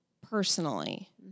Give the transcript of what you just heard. personally